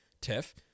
Tiff